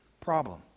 problem